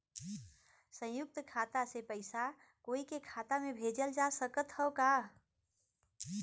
संयुक्त खाता से पयिसा कोई के खाता में भेजल जा सकत ह का?